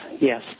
yes